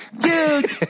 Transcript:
Dude